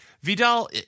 Vidal